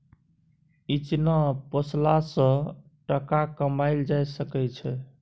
इचना पोसला सँ टका कमाएल जा सकै छै